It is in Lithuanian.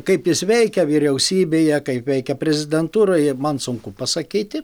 kaip jis veikia vyriausybėje kaip veikia prezidentūroje man sunku pasakyti